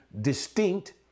distinct